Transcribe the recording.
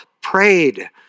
prayed